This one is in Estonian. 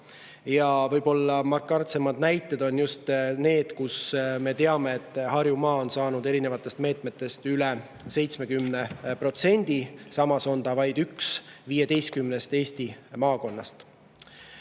Võib-olla markantseim näide on just see, nagu me teame, et Harjumaa on saanud erinevatest meetmetest üle 70%, samas on see vaid üks Eesti 15 maakonnast.